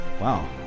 wow